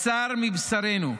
בשר מבשרנו.